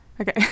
okay